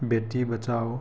Beti Bachao